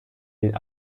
den